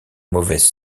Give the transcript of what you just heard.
mauvaise